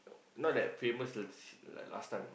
not that famous like like last time